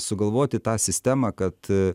sugalvoti tą sistemą kad